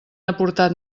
aportat